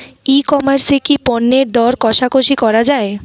ই commerce এ কি পণ্যের দর কশাকশি করা য়ায়?